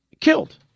killed